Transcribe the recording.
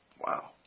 Wow